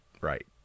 right